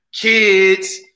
kids